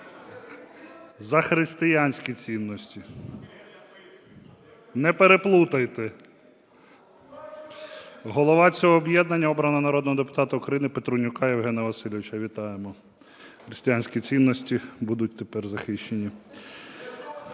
За християнські цінності! Не переплутайте. Головою цього об'єднання обрано народного депутата України Петруняка Євгена Васильовича. Вітаємо. Християнські цінності будуть тепер захищені.